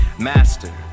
master